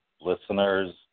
listeners